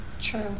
True